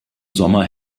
sommer